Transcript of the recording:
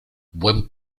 buen